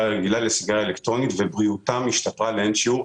הרגילה בסיגריה האלקטרונית ובריאותם השתפרה לאין שיעור.